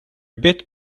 bit